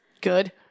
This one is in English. Good